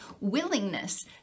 willingness